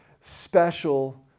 special